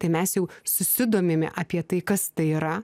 tai mes jau susidomime apie tai kas tai yra